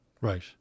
Right